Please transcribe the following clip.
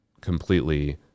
completely